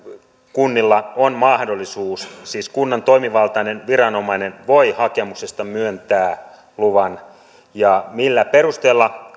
kunnilla on mahdollisuus siis kunnan toimivaltainen viranomainen voi hakemuksesta myöntää luvan millä perusteella